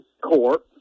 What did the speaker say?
court